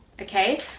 Okay